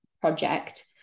project